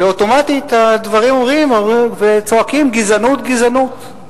ואוטומטית הדברים אומרים וצועקים: גזענות, גזענות.